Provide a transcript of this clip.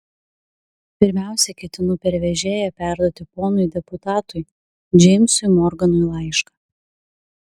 pirmiausia ketinu per vežėją perduoti ponui deputatui džeimsui morganui laišką